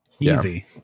Easy